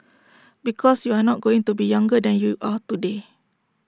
because you are not going to be younger than you are today